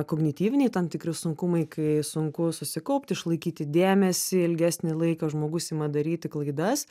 kognityviniai tam tikri sunkumai kai sunku susikaupti išlaikyti dėmesį ilgesnį laiką žmogus ima daryti klaidas